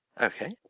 Okay